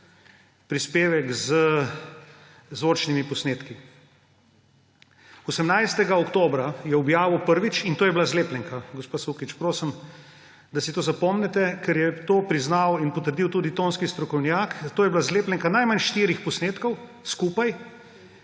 prispevek z zvočnimi posnetki. 18. oktobra je objavil prvič, in to je bila zlepljenka, gospa Sukič, prosim, da si to zapomnite, ker je to priznal in potrdil tudi tonski strokovnjak. To je bila zlepljenka najmanj štirih posnetkov, skupaj